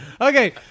Okay